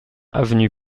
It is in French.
avenue